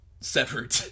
severed